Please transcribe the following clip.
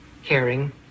caring